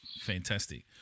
fantastic